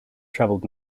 traveled